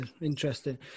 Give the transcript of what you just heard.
interesting